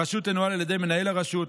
הרשות תנוהל על ידי מנהל הרשות.